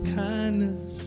kindness